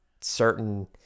certain